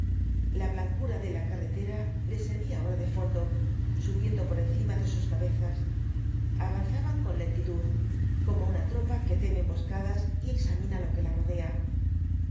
la blancura de la carretera les servía ahora de fondo subiendo por encima de sus cabezas avanzaban con lentitud como una tropa que teme emboscadas y examina lo que la rodea